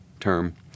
term